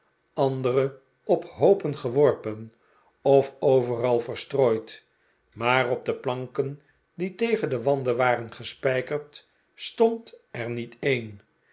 andere op hoopen geworpen of overal verstrooid maar op de planken die tegen de wanden waren gespijkerd stond er niet een